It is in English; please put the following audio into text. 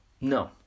No